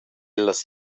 las